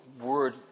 word